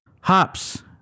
Hops